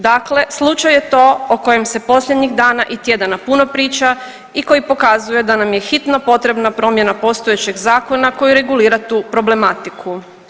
Dakle, slučaj je to o kojem se posljednjih dana i tjedana puno priča i koji pokazuje da nam je hitno potrebna promjena postojećeg zakona koji regulira tu problematiku.